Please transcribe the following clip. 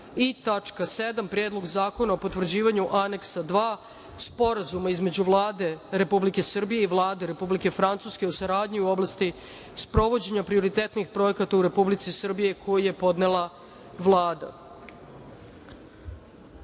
Predlog zakona o potvrđivanju Aneksa 2 Sporazuma između Vlade Republike Srbije i Vlade Republike Francuske o saradnji u oblasti sprovođenja prioritetnih projekata u Republici Srbiji, koji je podnela Vlada. Kao